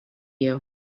you